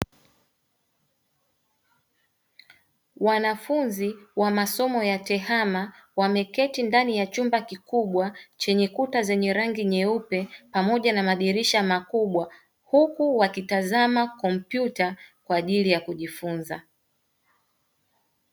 Wanafunzi wa masomo ya tehama wameketi ndani ya chumba kikubwa chenye kuta zenye rangi nyeupe pamoja na madirisha makubwa huku wakitazama kompyuta kwa ajili ya kujifunza